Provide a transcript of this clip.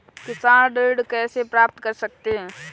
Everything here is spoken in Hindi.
किसान ऋण कैसे प्राप्त कर सकते हैं?